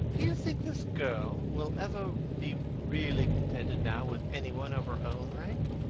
do you think this girl will ever be really content now with any one of her own rank?